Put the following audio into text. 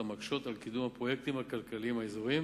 המקשות על קידום הפרויקטים הכלכליים האזוריים.